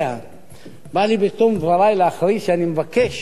בא לי בתום דברי להכריז שאני מבקש